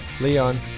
Leon